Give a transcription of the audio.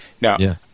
Now